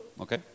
Okay